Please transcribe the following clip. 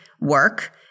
work